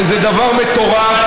הרי זה דבר מטורף,